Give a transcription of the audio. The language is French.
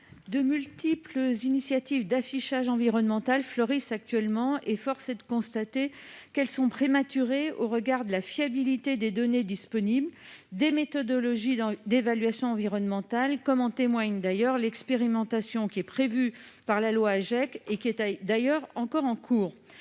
De multiples initiatives d'affichage environnemental fleurissent actuellement. Force est de constater qu'elles sont prématurées au regard de la fiabilité des données disponibles et des méthodologies d'évaluation environnementale, comme en témoigne l'expérimentation prévue par la loi AGEC, qui est d'ailleurs toujours en cours.